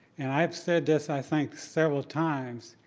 and i've said this, i think, several times,